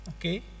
okay